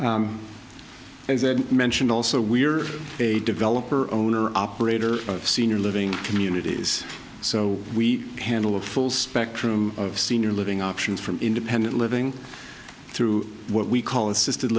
ed mentioned also we are a developer owner operator senior living communities so we handle a full spectrum of senior living options from independent living through what we call assisted